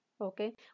Okay